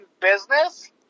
business